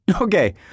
okay